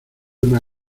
una